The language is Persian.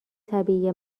طبیعی